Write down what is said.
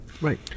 Right